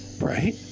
right